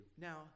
Now